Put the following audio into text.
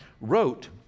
wrote